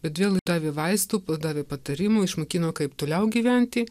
bet vėl jai davė vaistų padavė patarimų išmokino kaip toliau gyventi